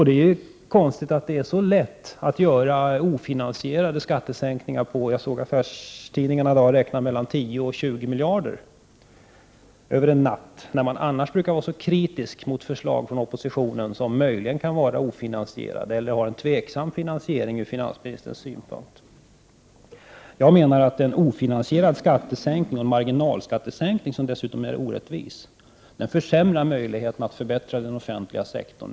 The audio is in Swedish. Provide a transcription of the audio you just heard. Det är konstigt att det är så lätt att göra ofinansierade skattesänkningar på — som jag såg att affärstidningarna i dag beräknade — mellan 10 och 20 miljarder över en natt, när man annars brukar vara så kritisk mot förslag från oppositionen som möjligen kan vara ofinansierade eller ha en tveksam finansiering ur finansministerns synpunkt. Jag menar att en ofinansierad skattesänkning — med en marginalskattesänkning som dessutom är orättvis — försämrar möjligheterna att förbättra den offentliga sektorn.